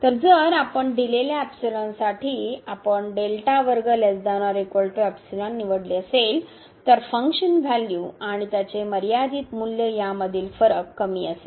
तर जर आपण दिलेल्या साठी जर आपण निवडले असेल तर फंक्शन व्हॅल्यू आणि त्याचे मर्यादित मूल्य यामधील फरक कमी असेल